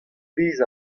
pezh